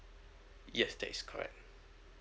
yes that is correct